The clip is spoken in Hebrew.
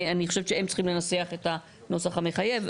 אני חושבת שהם צריכים לנסח את הנוסח המחייב,